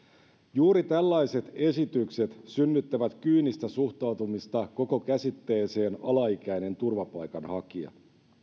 juuri tällaiset esitykset synnyttävät kyynistä suhtautumista koko käsitteeseen alaikäinen turvapaikanhakija